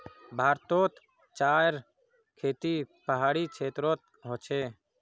भारतोत चायर खेती पहाड़ी क्षेत्रोत होचे